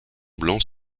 blancs